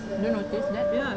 did you notice that